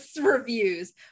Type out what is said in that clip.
reviews